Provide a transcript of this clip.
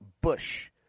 Bush